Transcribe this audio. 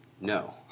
No